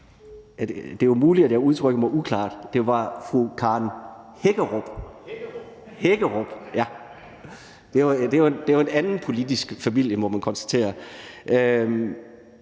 Det er muligt, at jeg udtrykte mig uklart. Det var fru Karen Hækkerup – Hækkerup. Det var af en anden politisk familie, må man konstatere.